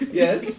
yes